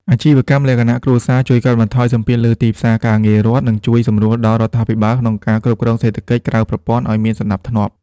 អាជីវកម្មលក្ខណៈគ្រួសារជួយកាត់បន្ថយសម្ពាធលើទីផ្សារការងាររដ្ឋ និងជួយសម្រួលដល់រដ្ឋាភិបាលក្នុងការគ្រប់គ្រងសេដ្ឋកិច្ចក្រៅប្រព័ន្ធឱ្យមានសណ្ដាប់ធ្នាប់។